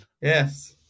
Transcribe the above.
Yes